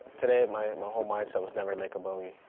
today, my, my home, myself. never make a bogey.